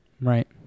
Right